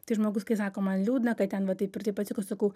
tai žmogus kaip sako man liūdna kad ten va taip ir taip atsitiko sakau